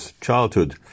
childhood